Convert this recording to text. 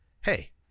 hey